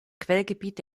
quellgebiet